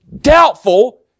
doubtful